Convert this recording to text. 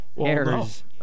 errors